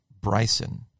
Bryson